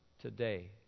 today